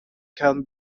can